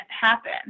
happen